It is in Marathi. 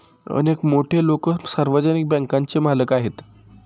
अनेक मोठे लोकं सार्वजनिक बँकांचे मालक आहेत